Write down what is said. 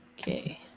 Okay